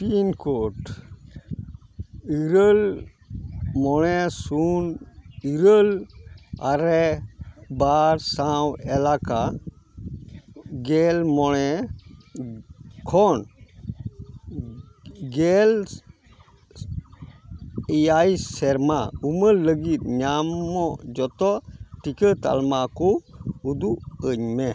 pin code ᱤᱨᱟᱹᱞ ᱢᱚᱬᱮ ᱥᱩᱱ ᱤᱨᱟᱹᱞ ᱟᱨᱮ ᱵᱟᱨ ᱥᱟᱶ ᱮᱞᱟᱠᱟ ᱜᱮᱞᱢᱚᱬᱮ ᱠᱷᱚᱱ ᱜᱮᱞ ᱮᱭᱟᱭ ᱥᱮᱨᱢᱟ ᱩᱢᱮᱨ ᱞᱟᱹᱜᱤᱫ ᱧᱟᱢᱚᱜ ᱡᱷᱚᱛᱚ ᱴᱤᱠᱟᱹ ᱛᱟᱞᱢᱟ ᱠᱚ ᱩᱫᱩᱜ ᱟᱹᱧᱢᱮ